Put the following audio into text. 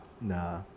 Nah